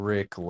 Rick